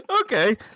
Okay